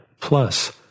Plus